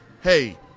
hey